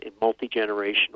multi-generational